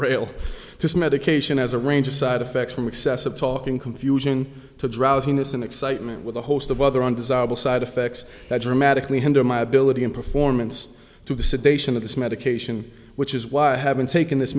rail this medication has a range of side effects from excessive talking confusion to drowsiness and excitement with a host of other undesirable side effects that dramatically hinder my ability and performance to the sedation of this medication which is why i haven't taken this